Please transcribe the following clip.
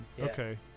Okay